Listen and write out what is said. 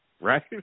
right